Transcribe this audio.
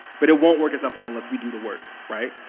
but it won't work itself out unless we do the work, right?